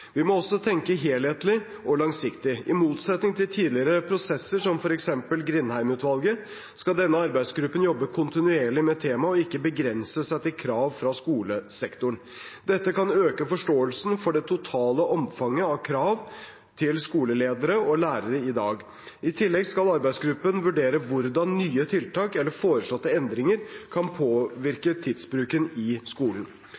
Vi må også tenke helhetlig og langsiktig. I motsetning til tidligere prosesser, som f.eks. med Grindheim-utvalget, skal denne arbeidsgruppen jobbe kontinuerlig med temaet og ikke begrense seg til krav fra skolesektoren. Dette kan øke forståelsen for det totale omfanget av krav til skoleledere og lærere i dag. I tillegg skal arbeidsgruppen vurdere hvordan nye tiltak eller foreslåtte endringer kan påvirke tidsbruken i skolen.